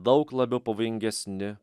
daug labiau pavojingesni